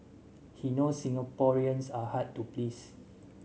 he knows Singaporeans are hard to please